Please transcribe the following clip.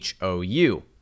HOU